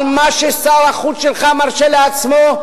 אבל מה ששר החוץ שלך מרשה לעצמו,